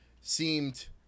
seemed